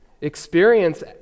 Experience